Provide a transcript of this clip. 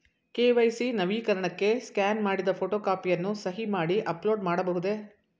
KYC ನವೀಕರಣಕ್ಕೆ scan ಮಾಡಿದ photo ಕಾಪಿಯನ್ನು ಸಹಿ ಮಾಡಿ ಅಪ್ಲೋಡ್ ಮಾಡಬಹುದೇ?